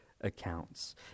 accounts